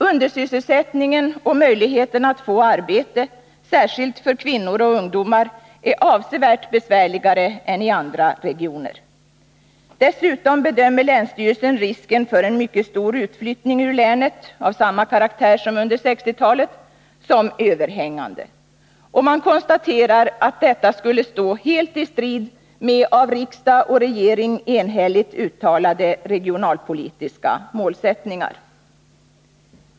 Undersysselsättningen och möjligheten att få arbete, särskilt för kvinnor och ungdomar, är avsevärt besvärligare än i andra regioner. Dessutom bedömer länsstyrelsen risken för en mycket stor utflyttning ur länet av samma karaktär som under 1960-talet som överhängande. Och man konstaterar att detta skulle stå helt i strid mot av riksdag och regering enhälligt uttalade regionalpolitiska målsättningar.